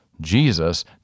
Jesus